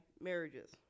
marriages